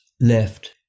left